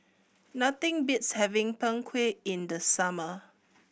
nothing beats having Png Kueh in the summer